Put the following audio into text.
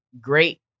great